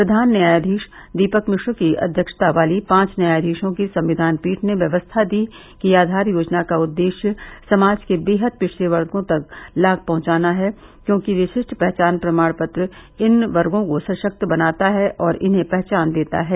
प्रधान न्यायाधीश दीपक मिश्रा की अध्यक्षता वाली पांच न्यायाधीशों की संविधान पीठ ने व्यवस्था दी कि आधार योजना का उद्देश्य समाज के बेहद पिछड़े वर्गो तक लाभ पहुंचाना है क्योंकि विशिष्ट पहचान प्रमाण इन वर्गो को सशक्त बनाता है और इन्हें पहचान देता है